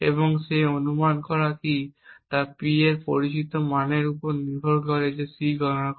এবং সেই অনুমান করা কী এবং P এর পরিচিত মানের উপর ভিত্তি করে সে C গণনা করে